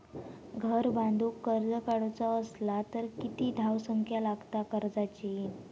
घर बांधूक कर्ज काढूचा असला तर किती धावसंख्या लागता कर्जाची?